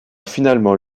finalement